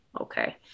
Okay